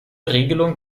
regelung